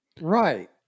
Right